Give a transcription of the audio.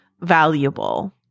valuable